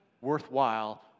worthwhile